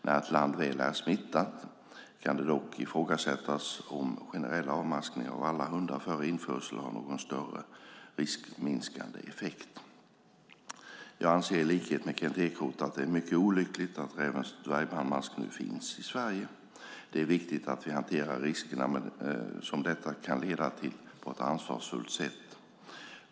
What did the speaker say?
När ett land väl är smittat kan det dock ifrågasättas om generell avmaskning av alla hundar före införsel har någon större riskminskande effekt. Jag anser i likhet med Kent Ekeroth att det är mycket olyckligt att rävens dvärgbandmask nu finns i Sverige. Det är viktigt att vi hanterar riskerna som detta kan leda till på ett ansvarsfullt sätt.